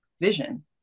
vision